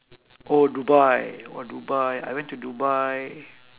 oh dubai oh dubai I went to dubai